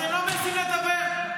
אתם לא מעיזים לדבר.